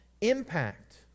impact